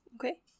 Okay